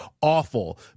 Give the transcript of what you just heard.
awful